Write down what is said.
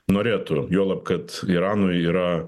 norėtų juolab kad iranui yra